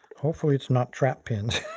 hopefully it's not trap pins.